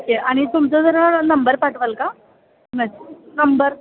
okay आणि तुमचं जरा नंबर पाठवाल का मॅसे नंबर